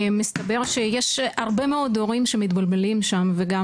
מסתבר שיש הרבה מאוד הורים שמתבלבלים שם וגם